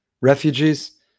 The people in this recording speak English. refugees